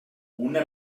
una